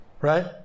Right